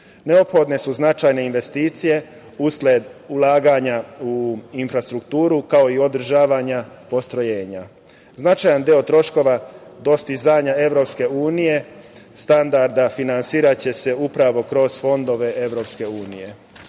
Neophodne su značajne investicije usled ulaganja u infrastrukturu, kao i održavanja postrojenja. Značajan deo troškova dostizanja standarda EU finansiraće se upravo kroz fondove